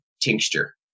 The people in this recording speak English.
tincture